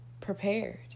prepared